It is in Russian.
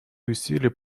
усилий